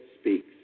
speaks